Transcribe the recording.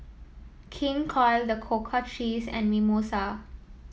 King Koil The Cocoa Trees and Mimosa